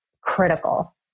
critical